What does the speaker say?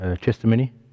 testimony